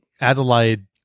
Adelaide